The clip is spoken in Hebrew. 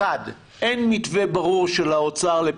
50 בחוץ, 20